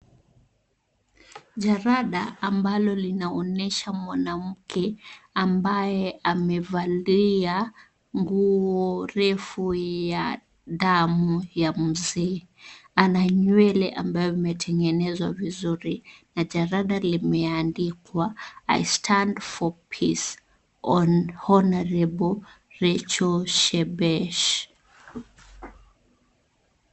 Jalada ambalo linaonyesha mwanamke ambaye amevalia nguo refu ya rangi ya damu ya mzee. Ana nywele ambayo imetengenezwa vizuri na jaladi limeandikwa I stand for peace, honorable Rachel Shebesh.